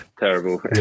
Terrible